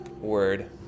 word